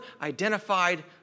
identified